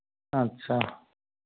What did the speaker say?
अच्छा